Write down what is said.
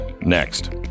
Next